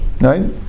Right